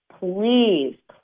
Please